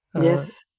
Yes